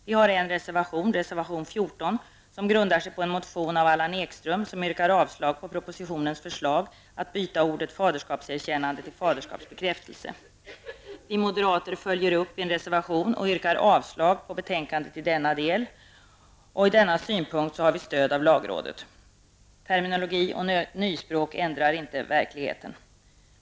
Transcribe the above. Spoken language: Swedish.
Vi har en reservation, nr 14, som grundar sig på en motion av Allan Ekström, i vilken han yrkar avslag på propositionens förslag att byta ordet faderskapserkännande mot faderskapsbekräftelse. Vi moderater har följt upp motionen och yrkar avslag på betänkandet i denna del. I denna synpunkt har vi också stöd av lagrådet. Terminologi och nyspråk ändrar inte verkligheten.